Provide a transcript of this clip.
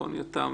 נכון יותם?